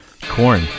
Corn